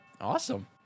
Awesome